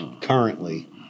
Currently